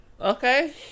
Okay